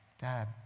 Dad